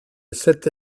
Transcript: sette